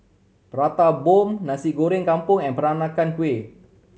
Prata Bomb Nasi Goreng Kampung and Peranakan Kueh